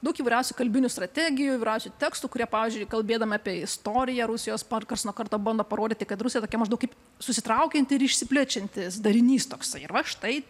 daug įvairiausių kalbinių strategijų įvairiausių tekstų kurie pavyzdžiui kalbėdami apie istoriją rusijos kartas nuo karto bando parodyti kad rusija tokia maždaug kaip susitraukianti ir išsiplečiantis darinys toks ir va štai